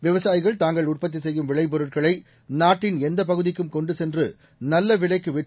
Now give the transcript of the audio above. விவசாயிகள் தாங்கள் உற்பத்தி செய்யும் விளைபொருட்களை நாட்டின் எந்தப் பகுதிக்கும் கொண்டு சென்று நல்ல விலைக்கே விற்று